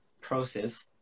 process